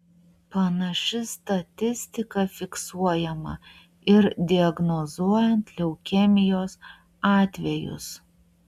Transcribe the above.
panaši statistika fiksuojama ir diagnozuojant leukemijos atvejus